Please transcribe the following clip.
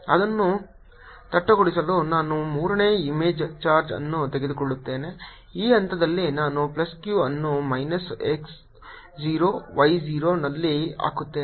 ಇದನ್ನು ತಟಸ್ಥಗೊಳಿಸಲು ನಾನು ಮೂರನೇ ಇಮೇಜ್ ಚಾರ್ಜ್ ಅನ್ನು ತೆಗೆದುಕೊಳ್ಳುತ್ತೇನೆ ಈ ಹಂತದಲ್ಲಿ ನಾನು ಪ್ಲಸ್ q ಅನ್ನು ಮೈನಸ್ x 0 y 0 ನಲ್ಲಿ ಹಾಕುತ್ತೇನೆ